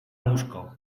łóżko